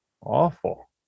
awful